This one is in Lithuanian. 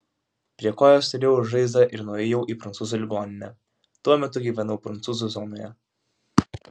prie kojos turėjau žaizdą ir nuėjau į prancūzų ligoninę tuo metu gyvenau prancūzų zonoje